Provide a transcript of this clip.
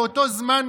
באותו זמן,